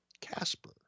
Casper